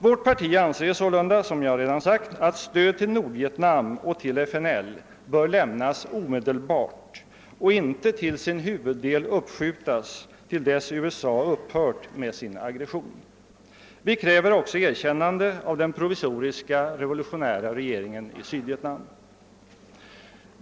Som jag redan sagt anser vårt parti sålunda att stöd till Nordvietnam och FNL bör lämnas omedelbart och inte till sin huvuddel uppskjutas till dess USA upphört med sin aggression. Vi kräver också erkännande av den provisoriska revolutionära regeringen i Sydvietnam.